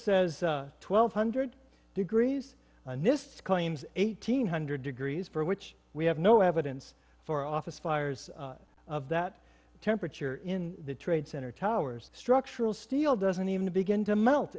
says twelve hundred degrees on this claims eighteen hundred degrees for which we have no evidence for office fires of that temperature in the trade center towers structural steel doesn't even begin to melt